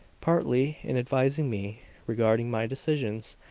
partly, in advising me regarding my decisions,